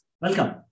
Welcome